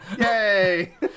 Yay